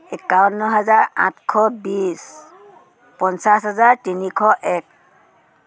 একাৱন্ন হাজাৰ আঠশ বিশ পঞ্চাছ হাজাৰ তিনিশ এক